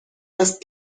است